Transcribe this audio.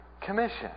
Commission